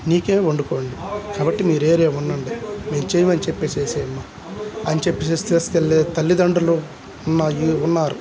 నీకే వండుకోండి కాబట్టి మీరే ఉండండి మేము చేయమని చెప్పేసేయమ్మ అని చెప్పేసేసి తీసుకెళ్ళే తల్లిదండ్రులు ఉన్నా ఉన్నారు